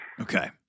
Okay